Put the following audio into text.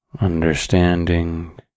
understanding